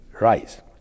rise